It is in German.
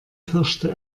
pirschte